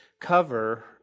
cover